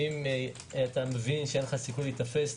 ובתפיסה יש משהו שאם אתה מבין שאין לך סיכוי להיתפס,